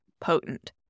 potent